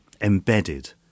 embedded